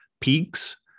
peaks